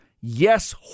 yes